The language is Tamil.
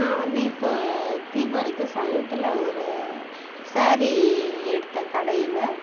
நான் வந்து இப்போ தீப்பாறைக்கு சமீபத்தில் ஒரு சேரீ எடுத்தேன் கடையில்